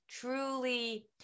truly